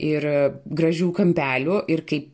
ir gražių kampelių ir kai